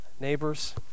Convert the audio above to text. neighbors